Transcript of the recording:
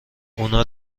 اونا